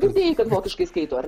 girdėjai kad vokiškai skaito ar ne